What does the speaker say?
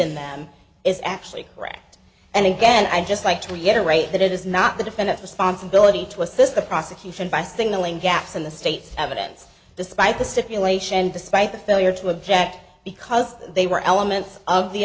in them is actually correct and again i'd just like to reiterate that it is not the defendant's responsibility to assist the prosecution by signaling gaps in the state's evidence despite the simulation despite the failure to object because they were elements of the